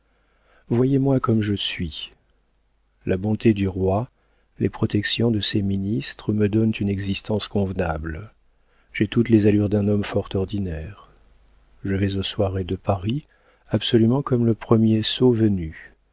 voyez moi comme je suis la bonté du roi les protections de ses ministres me donnent une existence convenable j'ai toutes les allures d'un homme fort ordinaire je vais aux soirées de paris absolument comme le premier sot venu